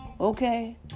Okay